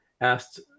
asked